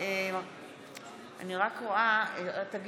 האם יש